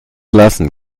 lassen